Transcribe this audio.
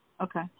Okay